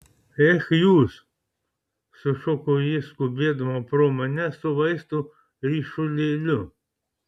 ech jūs sušuko ji skubėdama pro mane su vaistų ryšulėliu